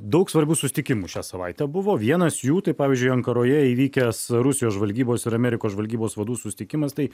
daug svarbių susitikimų šią savaitę buvo vienas jų tai pavyzdžiui ankaroje įvykęs rusijos žvalgybos ir amerikos žvalgybos vadų susitikimas tai